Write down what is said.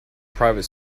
private